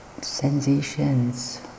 sensations